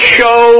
show